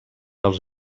als